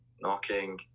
knocking